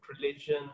religion